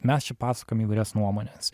mes čia pasakojam įvairias nuomones